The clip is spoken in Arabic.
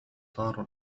تارو